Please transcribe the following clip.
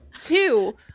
Two